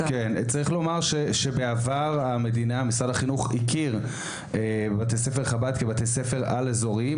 צריך לומר שבעבר משרד החינוך הכיר בבתי ספר חב"ד כבתי ספר על-אזוריים,